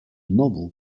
novel